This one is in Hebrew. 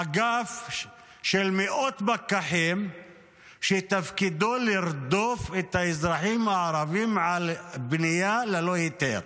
אגף של מאות פקחים שתפקידו לרדוף את האזרחים הערבים על בנייה ללא היתר.